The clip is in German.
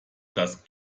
das